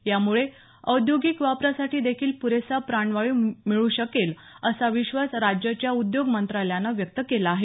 यामुळे औद्योगिक वापरासाठी देखील प्रेसा प्राणवायू मिळू शकेल असा विश्वास राज्याच्या उद्योग मंत्रालयानं व्यक्त केला आहे